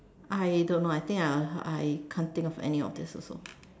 I don't know I think I I can't think of any of this also